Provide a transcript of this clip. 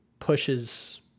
pushes